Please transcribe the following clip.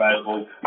available